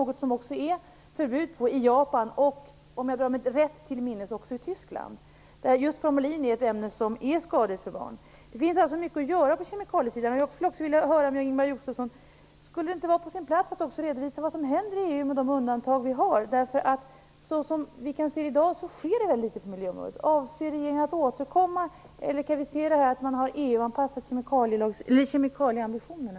I Japan har man förbjudit formalin i barnkläder och, om jag drar mig rätt till minnes, också i Tyskland. Där anses formalin vara ett ämne som just är skadligt för barn. Det finns alltså mycket att göra på kemikaliesidan. Jag skulle vilja fråga Ingemar Josefsson om det inte också vore på sin plats att redovisa vad som händer i EU med de undantag som vi har. Som vi ser det i dag sker det väldigt litet på miljöområdet. Avser regeringen att återkomma eller har man anpassat kemikalieambitionerna?